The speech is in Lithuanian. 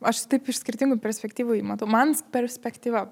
aš taip iš skirtingų perspektyvų jį matau man perspektyva